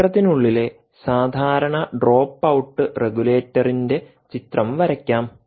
ചിത്രത്തിനുള്ളിലെ സാധാരണ drop out റെഗുലേറ്ററിന്റെ ചിത്രം വരയ്ക്കാം